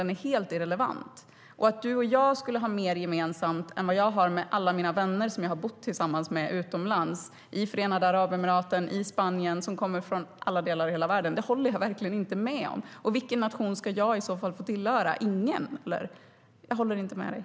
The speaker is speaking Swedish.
Den är helt irrelevant. Att du och jag skulle ha mer gemensamt än jag har med alla mina vänner som jag har bott tillsammans med utomlands, i Förenade Arabemiraten och i Spanien, från alla delar av världen, håller jag verkligen inte med om. Och vilken nation ska jag i så fall få tillhöra - ingen? Jag håller inte med dig.